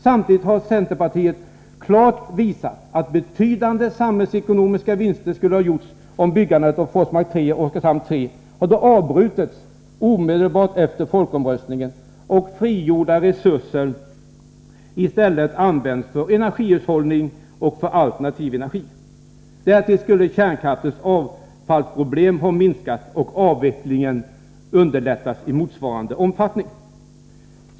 Samtidigt har centerpartiet klart visat att betydande samhällsekonomiska vinster skulle ha gjorts om byggandet av Forsmark 3 och Oskarshamn 3 hade avbrutits omedelbart efter folkomröstningen och frigjorda resurser i stället hade använts för energihushållning och alternativ energi. Därtill skulle kärnkraftens avfallsproblem ha minskat och avvecklingen underlättats i motsvarande omfattning.